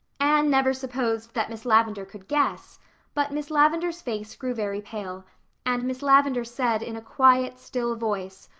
anne never supposed that miss lavendar could guess but miss lavendar's face grew very pale and miss lavendar said in a quiet, still voice,